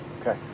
Okay